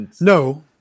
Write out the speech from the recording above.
No